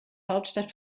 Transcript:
hauptstadt